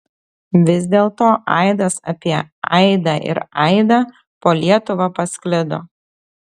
vis dėlto aidas apie aidą ir aidą po lietuvą pasklido